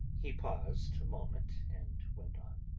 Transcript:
he paused a moment, and went on